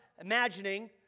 imagining